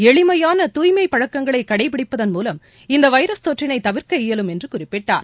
எளிமையான தூய்மைபழக்கங்களைகடைபிடிப்பதன் மூலம் இந்தவைரஸ் தொற்றினைதவிர்க்க இயலும் என்றுகுறிப்பிட்டார்